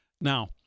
Now